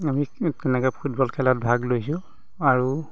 আমি তেনেকৈ ফুটবল খেলত ভাগ লৈছো আৰু